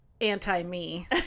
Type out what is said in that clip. anti-me